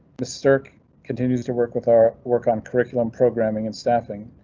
miss turk continues to work with our work on curriculum programming and staffing.